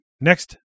next